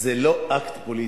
זה לא אקט פוליטי.